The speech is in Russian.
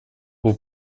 был